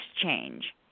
change